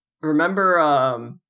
remember